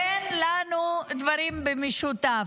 אין לנו דברים במשותף.